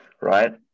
right